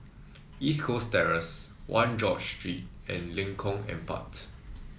East Coast Terrace One George Street and Lengkong Empat